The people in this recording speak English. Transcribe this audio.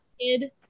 kid